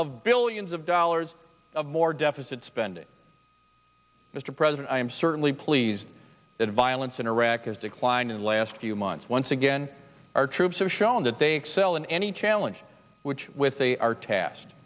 of billions of dollars of more deficit spending mr president i am certainly pleased that violence in iraq has declined in the last few months once again our troops have shown that they excel in any challenge which with they are t